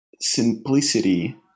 simplicity